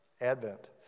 Advent